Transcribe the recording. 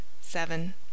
seven